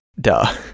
duh